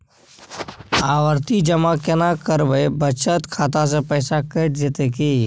आवर्ति जमा केना करबे बचत खाता से पैसा कैट जेतै की?